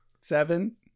seven